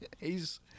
hes